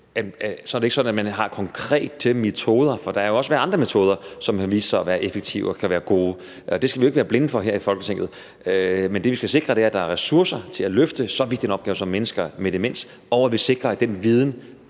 Så det er ikke sådan, at man har konkrete metoder, for der kan jo også være andre metoder, som vil vise sig at være effektive og kan være gode. Det skal vi jo ikke være blinde for her i Folketinget. Men det, vi skal sikre, er, at der er ressourcer til at løfte så vigtig en opgave som mennesker med demens, og at vi sikrer, at den viden